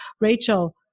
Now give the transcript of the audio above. Rachel